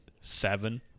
seven